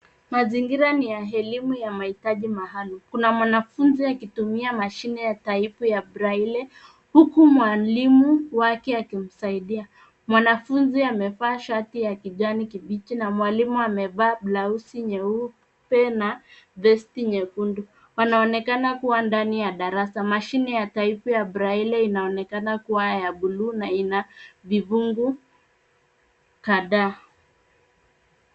Mazingira ni ya elimu ya mahitaji maalum. Kuna mwanafunzi akitumia mashine yataipu ya braille , huku mwalimu wake akimsaidia. Mwanafunzi amevaa shati ya kijani kibichi na mwalimu amevaa blausi nyeupe na vesti nyekundu. Wanaonekana kuwa ndani ya darasa. Mashine ya taipu ya braille inaonekana kuwa ya bluu na ina vifungu kadhaa.